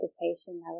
meditation